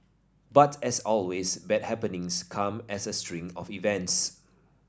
but as always bad happenings come as a string of events